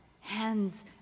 hands